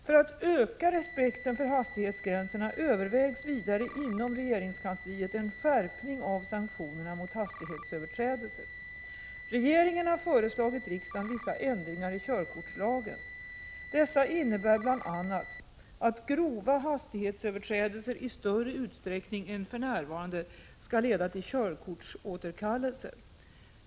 För att öka respekten för hastighetsgränserna övervägs vidare inom regeringskansliet en skärpning av sanktionerna mot hastighetsöverträdelser. Regeringen har föreslagit riksdagen vissa ändringar i körkortslagen. Dessa innebär bl.a. att grova hastighetsöverträdelser i större utsträckning än för närvarande skall leda till körkortsåterkallelse.